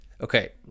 okay